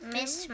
Miss